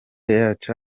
yacu